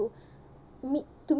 meet to m~